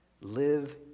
Live